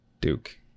Duke